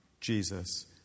Jesus